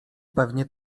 pewnie